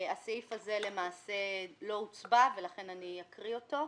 הסעיף הזה למעשה לא הוצבע ולכן אני אקרא אותו.